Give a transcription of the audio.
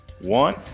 one